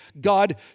God